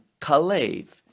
Kalev